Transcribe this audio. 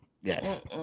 yes